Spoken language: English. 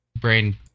brain